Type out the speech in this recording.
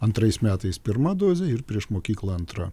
antrais metais pirma dozė ir prieš mokyklą antra